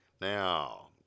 now